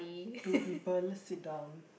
two people sit down